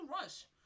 rush